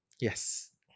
yes